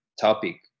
topic